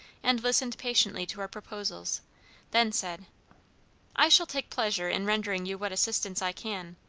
and listened patiently to our proposals then said i shall take pleasure in rendering you what assistance i can,